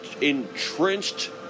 entrenched